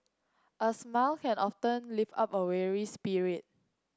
a smile can often lift up a weary spirit